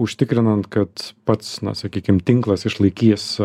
užtikrinant kad pats na sakykim tinklas išlaikys